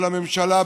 ולממשלה,